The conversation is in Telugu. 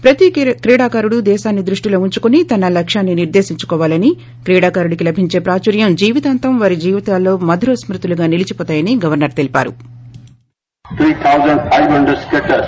ప్రతి క్రీడాకారుడు దేశాన్ని దృష్టిలో వుంచుకుని తన లక్ష్యాన్ని నిర్దేశించుకోవాలని క్రీడాకారుడికి లభించే ప్రాచుర్యం జీవితాంతం వారి జీవితాల్లో మధుర స్కృతులుగా నిలిచివోతాయని గవర్స ర్ తెలిపారు